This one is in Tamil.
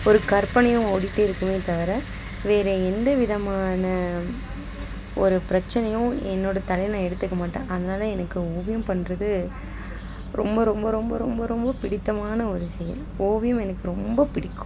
ஒரு கற்பனையும் ஓடிகிட்டே இருக்கும் தவிர வேறே எந்தவிதமான ஒரு பிரச்சனையும் என்னோடய தலையில் நான் எடுத்துக்க மாட்டேன் அதனால் எனக்கு ஓவியம் பண்ணுறது ரொம்ப ரொம்ப ரொம்ப ரொம்ப ரொம்ப பிடித்தமான ஒரு செயல் ஓவியம் எனக்கு ரொம்ப பிடிக்கும்